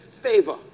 favor